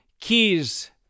keys